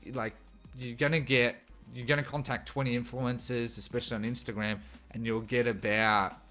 like you're gonna get you're gonna contact twenty influences, especially on instagram and you'll get a bear